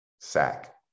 sack